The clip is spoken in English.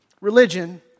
religion